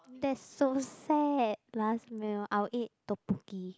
that's so sad last meal I will eat tteokbokki